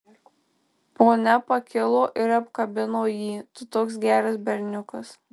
ponia pakilo ir apkabino jį tu toks geras berniukas